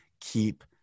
keep